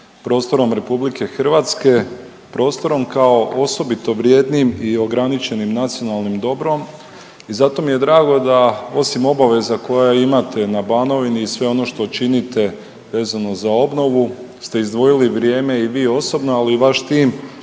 prostorom RH. Prostorom kao osobito vrijednim i ograničenim nacionalnim dobrom i zato mi je drago da osim obaveza koja imate na Banovini i sve ono što činite vezano za obnovu ste izdvojili vrijeme i vi osobno, ali i vaš tim